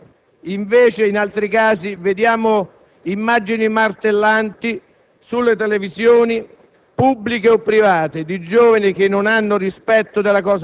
Non ci sono altre parole da dire, per tutti parla lui, con il suo esempio e la sua totale abnegazione verso il prossimo. Grazie Ivan».